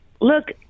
look